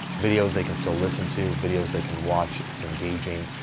video's they can still listen to, videos they can watch, it's engaging.